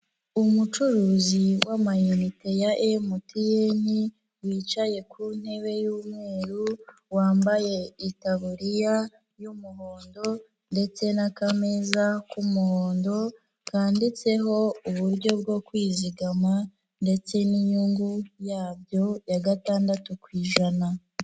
Umucuruzi w'amayinite ya MtN wicaye ku ntebe y'umweru, wambaye itaburiya y'umuhondo ndetse n'akameza k'umuhondo kanditseho uburyo bwo kwizigama ndetse n'inyungu yabyo ya gatandatu kw'ijana.